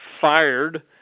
fired